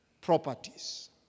properties